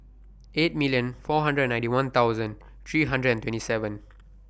eight million four hundred and ninety one thousand three hundred and twenty seven